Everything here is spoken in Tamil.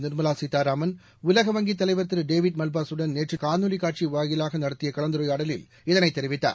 நிர்மலா சீத்தாராமன் உலக வங்கித் தலைவர் திரு டேவிட் மல்பாசுடன் நேற்று காணொலி காட்சி வாயிலாக நடத்திய கலந்துரையாடலின்போது இதைத் தெரிவித்தார்